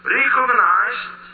recognized